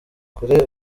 kure